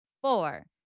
four